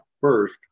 first